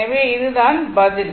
எனவே இது தான் பதில்